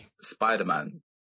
Spider-Man